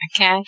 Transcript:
Okay